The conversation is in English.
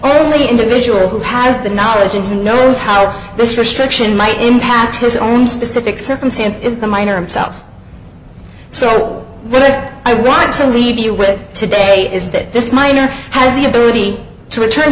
only individual who has the knowledge and who knows how this restriction might impact his own specific circumstance if the minor in south so i want to leave you with today is that this miner has the ability to return